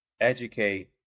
educate